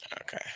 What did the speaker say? Okay